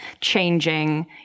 changing